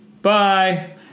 Bye